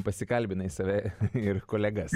pasikalbinai save ir kolegas